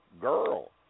girl